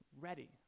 ready